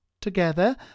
Together